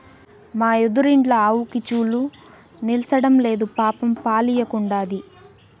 మా ఎదురిండ్ల ఆవుకి చూలు నిల్సడంలేదు పాపం పాలియ్యకుండాది